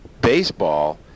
baseball